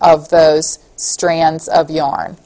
of those strands of yarn